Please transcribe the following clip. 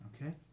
Okay